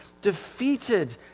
defeated